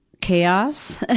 chaos